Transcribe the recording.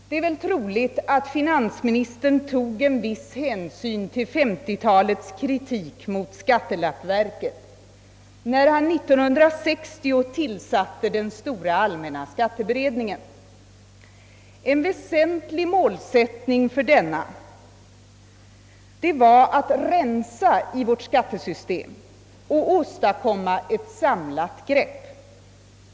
Det är väl troligt att finansministern tog en viss hänsyn till 1950-talets kritik mot skattelappverket när han 1960 tillsatte den stora allmänna skatteberedningen. En väsentlig uppgift för denna var att rensa i vårt skattesystem och åstadkomma ett samlat grepp.